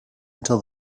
until